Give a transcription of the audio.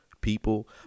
people